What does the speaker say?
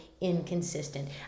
inconsistent